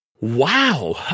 Wow